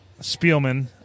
Spielman